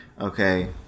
Okay